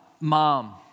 mom